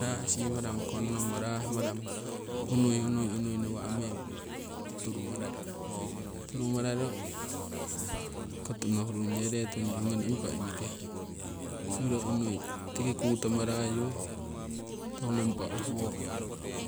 naasi maramo kongnommo rah maramo unui unui nawa' meng turumarare. Turumararo koto nohu rungye ree tunyu ngoni impa imike, imiro unui tiki kutomo rayu toku nompa uhuwoku